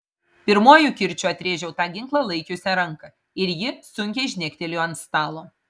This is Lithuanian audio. pirmuoju kirčiu atrėžiau tą ginklą laikiusią ranką ir ji sunkiai žnektelėjo ant stalo